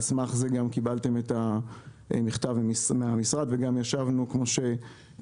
על סמך זה קיבלתם את המכתב מהמשרד וגם ישבנו כמו שציינת,